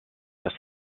das